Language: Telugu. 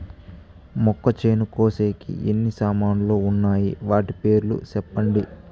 మొక్కచేను కోసేకి ఎన్ని సామాన్లు వున్నాయి? వాటి పేర్లు సెప్పండి?